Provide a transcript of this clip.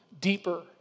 deeper